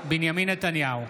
בנימין נתניהו,